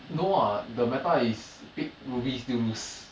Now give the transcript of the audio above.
no what the meta is pick ruby still lose